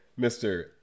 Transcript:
Mr